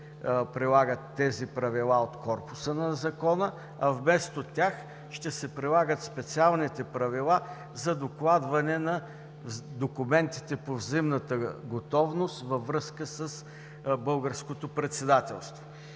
прилагат тези правила от корпуса на Закона, а вместо тях ще се прилагат специалните правила за докладване на документите по взаимната готовност във връзка с българското председателство.